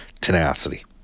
tenacity